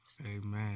Amen